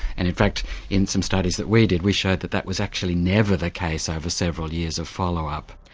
and in fact in some studies that we did we showed that that was actually never the case over several years of follow up.